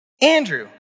Andrew